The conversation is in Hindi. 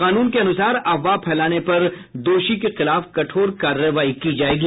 कानून के अनुसार अफवाह फैलाने पर दोषी के खिलाफ कठोर कार्रवाई की जायेगी